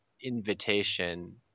invitation